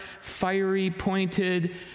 fiery-pointed